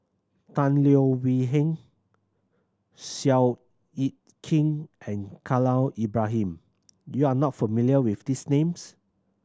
Tan Leo Wee Hin Seow Yit Kin and Khalil Ibrahim you are not familiar with these names